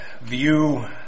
view